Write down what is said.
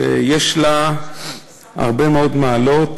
שיש לה הרבה מאוד מעלות,